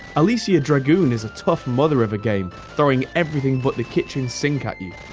alisia dragoon is a tough mother of a game, throwing everything but the kitchen sink at you,